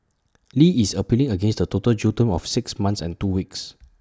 li is appealing against the total jail term of six months and two weeks